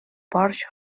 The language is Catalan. porxo